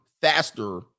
faster